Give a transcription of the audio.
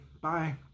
Bye